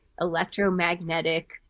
electromagnetic